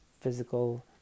physical